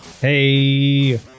hey